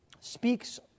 speaks